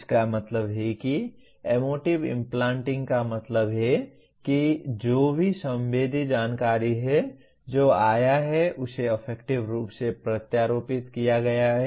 इसका मतलब है कि एमोटिंव इम्प्लांटिंग का मतलब है कि जो भी संवेदी जानकारी है जो आया है उसे अफेक्टिव रूप से प्रत्यारोपित किया गया है